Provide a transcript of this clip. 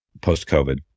post-COVID